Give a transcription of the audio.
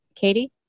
Katie